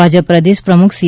ભાજપ પ્રદેશ પ્રમુખ સી